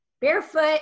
barefoot